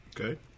Okay